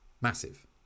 massive